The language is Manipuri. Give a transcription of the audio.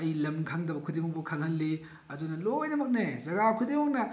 ꯑꯩ ꯂꯝ ꯈꯪꯗꯕ ꯈꯨꯗꯤꯡꯃꯛꯄꯨ ꯈꯪꯍꯜꯂꯤ ꯑꯗꯨꯅ ꯂꯣꯏꯅꯃꯛꯅꯦ ꯖꯒꯥ ꯈꯨꯗꯤꯡꯃꯛꯅ